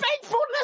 faithfulness